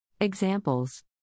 Examples